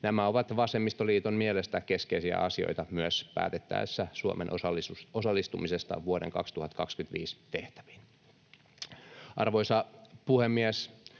Nämä ovat vasemmistoliiton mielestä keskeisiä asioita myös päätettäessä Suomen osallistumisesta vuoden 2025 tehtäviin. Arvoisa puhemies!